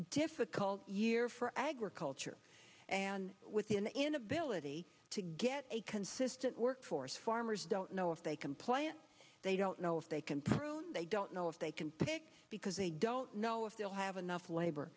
difficult year for agriculture and with the an inability to get a consistent workforce farmers don't know if they comply if they don't know if they can prove they don't know if they can pick because they don't know if they'll have enough labor